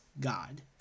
god